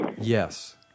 Yes